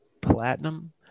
platinum